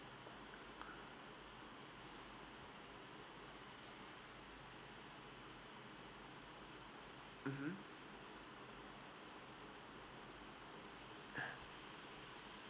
mmhmm uh